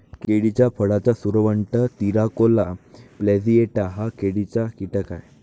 केळीच्या फळाचा सुरवंट, तिराकोला प्लॅजिएटा हा केळीचा कीटक आहे